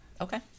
okay